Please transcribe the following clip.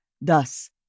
Thus